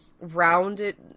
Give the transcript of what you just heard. rounded